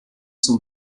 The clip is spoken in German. zum